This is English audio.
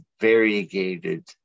variegated